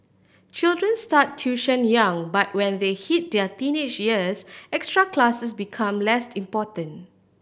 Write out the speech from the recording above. children start tuition young but when they hit their teenage years extra classes become less important